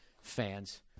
fans